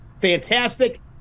fantastic